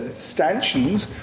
stanchions,